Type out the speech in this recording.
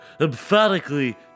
emphatically